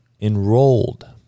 enrolled